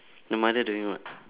the mother doing what